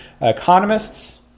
economists